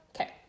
okay